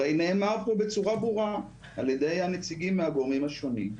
נאמר פה בצורה ברורה על ידי הנציגים והגורמים השונים.